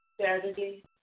Saturday